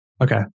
Okay